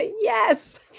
Yes